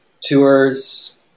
tours